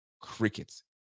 Crickets